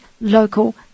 local